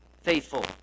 faithful